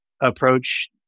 approach